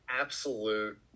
absolute